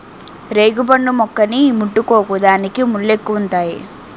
రేగుపండు మొక్కని ముట్టుకోకు దానికి ముల్లెక్కువుంతాయి